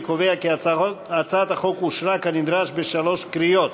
אני קובע כי הצעת החוק אושרה כנדרש בשלוש קריאות.